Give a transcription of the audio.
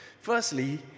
Firstly